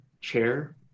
chair